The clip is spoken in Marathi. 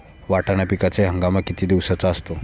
वाटाणा पिकाचा हंगाम किती दिवसांचा असतो?